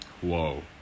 whoa